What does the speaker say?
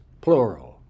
plural